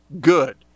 good